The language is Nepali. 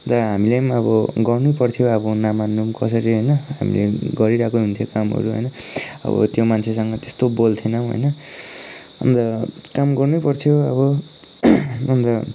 अन्त हामीले पनि अब गर्नुपर्थ्यो अब नमान्नु पनि कसरी होइन हामीले गरिरहेको हुन्थ्यो कामहरू होइन अब त्यो मान्छेसँग त्यस्तो बोल्थिनौँ होइन अन्त काम गर्नैपर्थ्यो अब अन्त